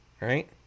Right